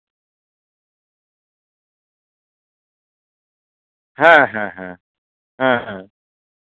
ᱦᱮᱸ ᱦᱮᱸ ᱦᱮᱸ ᱦᱮᱸ ᱦᱮᱸ